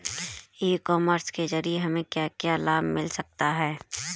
ई commerce के ज़रिए हमें क्या क्या लाभ मिल सकता है?